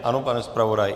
Ano, pane zpravodaji?